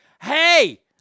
hey